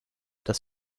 das